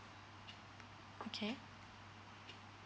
okay